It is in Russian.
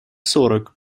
сорок